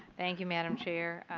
thank you, madam chair.